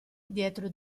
dietro